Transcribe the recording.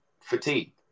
fatigue